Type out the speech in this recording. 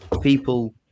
people